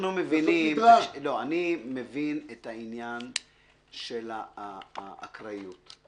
אני מבין את העניין של האקראיות,